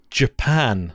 japan